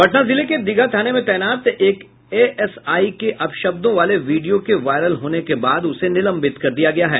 पटना जिले के दीघा थाने में तैनात एक एएसआई के अपशब्दों वाले वीडियो के वायरल होने के बाद उसे निलंबित कर दिया गया है